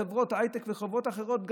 חברות הייטק וחברות אחרות.